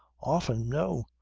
often! no!